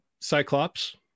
cyclops